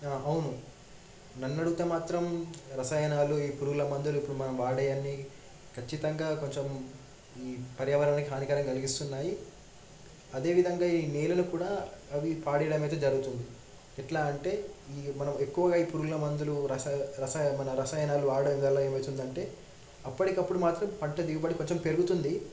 అవును నన్నడుగుతే మాత్రం రసాయనాలు ఈ పురుగుల మందులు ఇప్పుడు మనం వాడే అన్ని ఖచ్చితంగా కొంచం ఈ పర్యావరణానికి హానికరం కలిగిస్తున్నాయి అదేవిధంగా ఈ నేలను కూడా అవి పాడేయడమైతే జరుగుతుంది ఎట్లా అంటే ఈ మనం ఎక్కువగా ఈ ఇప్పుడున్న మందులు రస రస రసాయనాయలు వాడడం వల్ల ఏమవుతుందంటే అప్పటికప్పుడు మాత్రం పంట దిగుబడి కొంచం పెరుగుతుంది